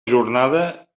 jornada